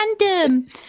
random